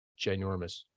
ginormous